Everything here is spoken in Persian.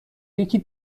یکی